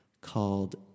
called